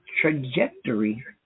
trajectory